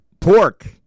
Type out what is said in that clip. pork